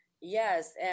yes